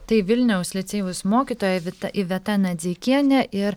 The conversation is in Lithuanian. tai vilniaus licėjaus mokytoja vit iveta nadzeikienė ir